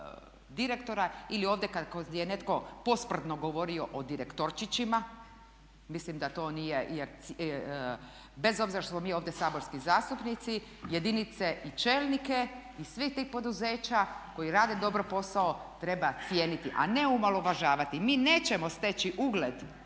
direktora ili ovdje kada je netko posprdno govorio o direktorčićima, mislim da to nije, bez obzira što smo mi ovdje saborski zastupnici, jedinice i čelnike iz svih tih poduzeća koji rade dobro posao treba cijeniti a ne omalovažavati. Mi nećemo steći ugled